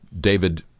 David